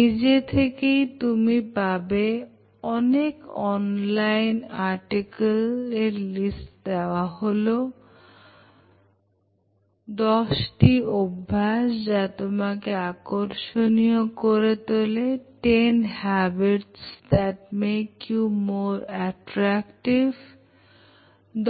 নিজে থেকেই তুমি পাবে অনেক অনলাইন আর্টিকেল এর লিস্ট দেওয়া হল দশটি অভ্যাস যা তোমাকে আকর্ষণীয় করে তোলে